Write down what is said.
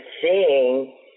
seeing